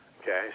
Okay